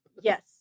Yes